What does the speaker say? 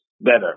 better